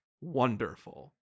Wonderful